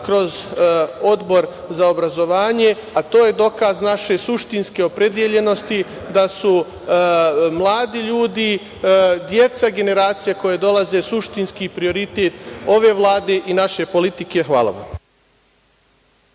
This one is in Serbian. kroz Odbor za obrazovanje, a to je dokaz naše suštinske opredeljenosti, da su mladi ljudi, deca generacije koja dolaze suštinski prioritet ove Vlade i naše politike. Hvala.